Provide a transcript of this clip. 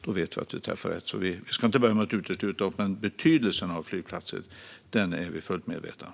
Då vet vi att det träffar rätt. Vi ska inte börja med att utesluta något. Betydelsen av flygplatser är vi fullt medvetna om.